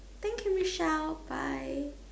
thank you Michelle bye